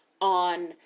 on